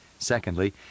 Secondly